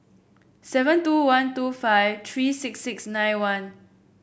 seven two one two five three six six nine one